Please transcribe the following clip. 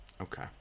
Okay